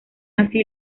así